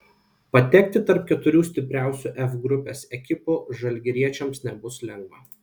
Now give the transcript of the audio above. patekti tarp keturių stipriausių f grupės ekipų žalgiriečiams nebus lengva